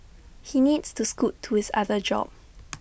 he needs to scoot to his other job